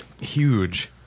huge